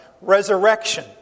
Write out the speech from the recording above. resurrection